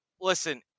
Listen